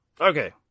Okay